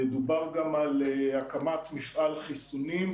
דובר גם על הקמת מפעל חסונים,